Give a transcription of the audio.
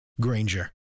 Granger